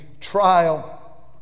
trial